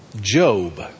Job